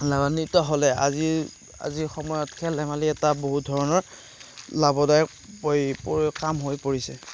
লাভান্বিত হ'লে আজিৰ আজিৰ সময়ত খেল ধেমালি এটা বহুত ধৰণৰ লাভদায়ক পৰি এই কাম হৈ পৰিছে